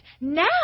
now